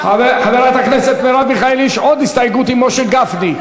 לחברת הכנסת מרב מיכאלי יש עוד הסתייגות עם משה גפני.